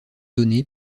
donné